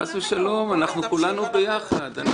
חס ושלום, אנחנו כולנו ביחד.